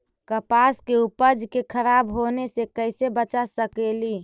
कपास के उपज के खराब होने से कैसे बचा सकेली?